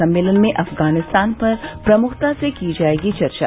सम्मेलन में अफगानिस्तान पर प्रमुखता से की जायेगी चर्चा